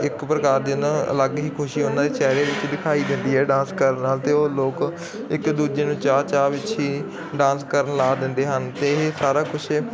ਇੱਕ ਪ੍ਰਕਾਰ ਦੇ ਨਾ ਅਲੱਗ ਹੀ ਖੁਸ਼ੀ ਉਹਨਾਂ ਦੇ ਚਿਹਰੇ ਵਿੱਚ ਦਿਖਾਈ ਦਿੰਦੀ ਹੈ ਡਾਂਸ ਕਰਨ ਨਾਲ ਅਤੇ ਉਹ ਲੋਕ ਇੱਕ ਦੂਜੇ ਨੂੰ ਚਾਅ ਚਾਅ ਵਿੱਚ ਹੀ ਡਾਂਸ ਕਰਨ ਲਾ ਦਿੰਦੇ ਹਨ ਅਤੇ ਇਹ ਸਾਰਾ ਕੁਛ